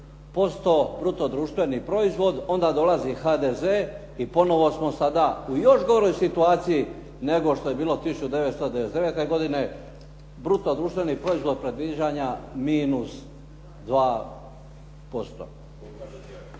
5,6% bruto društveni proizvod, onda dolazi HDZ i ponovo smo sada u još goroj situaciji, nego što je bilo 1999. godine. Bruto društveni proizvod predviđanja minus 2%.